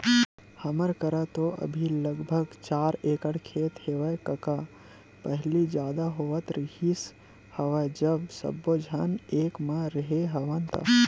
हमर करा तो अभी लगभग चार एकड़ खेत हेवय कका पहिली जादा होवत रिहिस हवय जब सब्बो झन एक म रेहे हवन ता